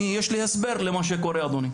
ויש לי הסבר למה שקורה, אדוני.